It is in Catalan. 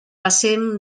passen